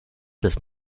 this